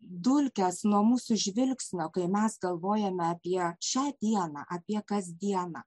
dulkes nuo mūsų žvilgsnio kai mes galvojame apie šią dieną apie kasdieną